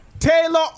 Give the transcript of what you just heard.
Taylor